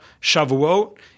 Shavuot